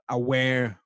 aware